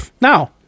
Now